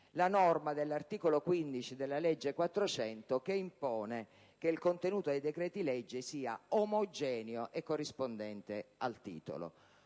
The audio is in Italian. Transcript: la norma dell'articolo 15 della legge n. 400 del 1988 che impone che il contenuto dei decreti-legge sia omogeneo e corrispondente al titolo.